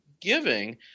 giving